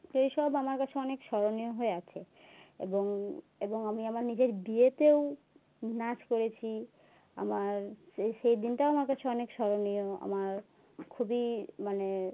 তো এই সব আমার কাছে অনেক স্মরণীয় হয়ে আছে এবং এবং আমি আমার নিজের বিয়েতেও নাচ করেছি আমার সেই দিনটাও আমার কাছে অনেক স্মরণীয় আমার খুবই মানে